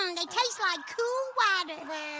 um they taste like cool water.